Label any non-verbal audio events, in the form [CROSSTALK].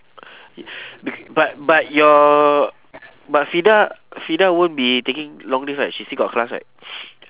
b~ but but your but fidah fidah won't be taking long leave right she still got class right [NOISE]